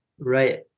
Right